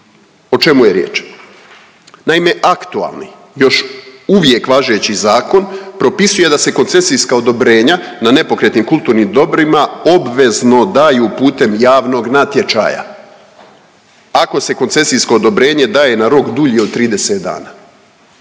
O čemu je riječ? Naime, aktualni još uvijek važeći zakon propisuje da se koncesijska odobrenja na nepokretnim kulturnim dobrima obvezno daju putem javnog natječaja ako se koncesijsko odobrenje daje na rok dulji od 30 dana.